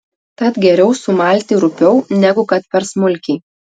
tad geriau sumalti rupiau negu kad per smulkiai